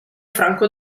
franco